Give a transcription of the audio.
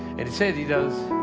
and instead he does.